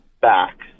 back